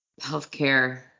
healthcare